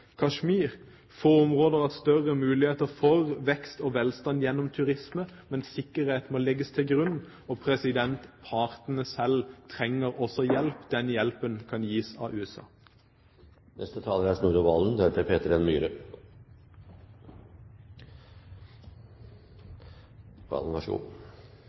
har større muligheter for vekst og velstand gjennom turisme, men sikkerhet må legges til grunn. Partene selv trenger også hjelp. Den hjelpen kan gis av USA. Det er